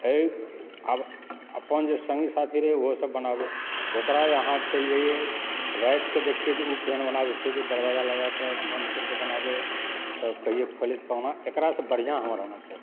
आब अपन जे सङ्गी साथी रहै ओहो सब बनाबै ओकरा यहाँ चलि जाइए राति कऽ देखियै जे ओ केहन बनाबै छै दरवाजा लगाकऽ बन्द करिकऽ बनाबै तऽ कहियै खोलि कनि एकरा सँ बढ़िआँ हमरा रहना चाही